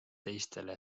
teistele